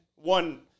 One